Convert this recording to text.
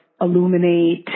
illuminate